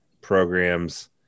programs